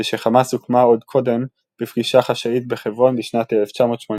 ושחמאס הוקמה עוד קודם בפגישה חשאית בחברון בשנת 1986